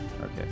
Okay